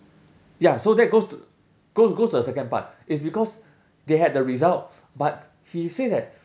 ya so that goes to goes goes to the second part it's because they had the result but he say that